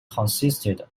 consisted